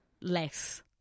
less